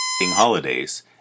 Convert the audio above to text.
holidays